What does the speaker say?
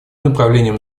направлением